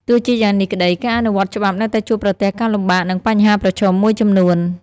ទោះជាយ៉ាងនេះក្ដី ការអនុវត្តច្បាប់នៅតែជួបប្រទះការលំបាក និងបញ្ហាប្រឈមមួយចំនួន។